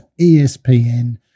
ESPN